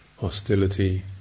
hostility